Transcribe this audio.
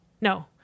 No